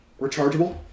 rechargeable